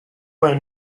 where